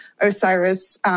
Osiris